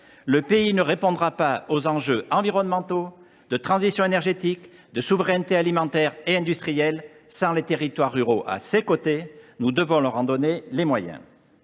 Le pays ne répondra pas aux enjeux environnementaux, de transition énergétique, de souveraineté alimentaire et industrielle sans les territoires ruraux à ses côtés. Nous devons donner à ces derniers les moyens